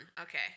okay